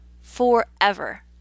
forever